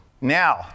Now